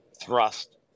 thrust